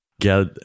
get